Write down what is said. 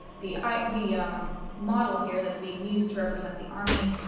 the ah the um model here that's being used to represent the army,